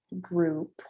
group